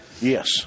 Yes